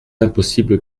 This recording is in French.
impossible